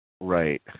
Right